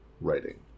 writing